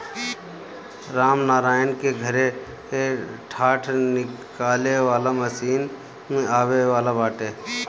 रामनारायण के घरे डाँठ निकाले वाला मशीन आवे वाला बाटे